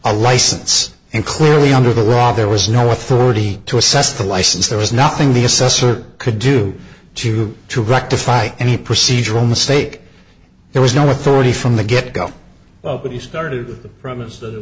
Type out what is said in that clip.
a license and clearly under the rock there was no authority to assess the license there was nothing the assessor could do to rectify any procedural mistake there was no authority from the get go but he started with the premise that it